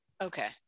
Okay